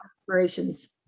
aspirations